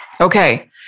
Okay